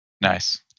Nice